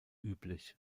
üblich